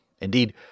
Indeed